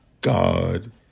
God